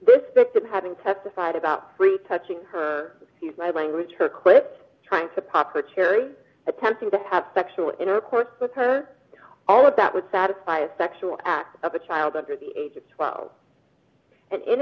this victim having testified about retouching her language her crip trying to proper cherry attempting to have sexual intercourse with her all of that would satisfy a sexual act of a child under the age of twelve and in